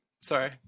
Sorry